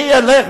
מי ילך,